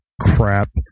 crap